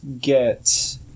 get